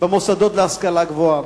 במוסדות להשכלה גבוהה.